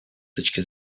точки